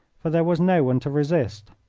for there was no one to resist.